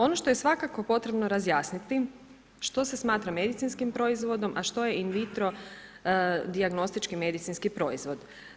Ono što je svakako potrebno razjasniti, što se smatra medicinskim proizvodom a što je in vitro dijagnostički medicinski proizvod.